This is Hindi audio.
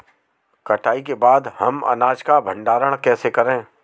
कटाई के बाद हम अनाज का भंडारण कैसे करें?